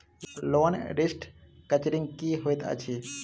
Loan restructuring की होइत अछि?